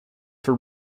for